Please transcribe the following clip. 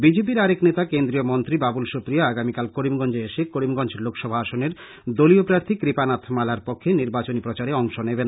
বিজেপির আরেক নেতা কেন্দ্রীয় মন্ত্রী বাবুল সুপ্রিয় আগামীকাল করিমগঞ্জে এসে করিমগঞ্জ লোকসভা আসনের দলীয় প্রাথী কৃপানাথ মালার পক্ষে নির্বাচনী প্রচারে অংশ নেবেন